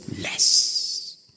less